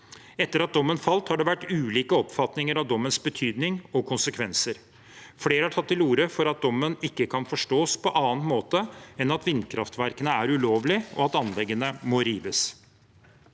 Etter at dommen falt, har det vært ulike oppfatninger av dommens betydning og konsekvenser. Flere har tatt til orde for at dommen ikke kan forstås på annen måte enn at vindkraftverkene er ulovlige, og at anleggene må rives.